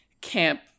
camp